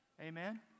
Amen